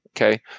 Okay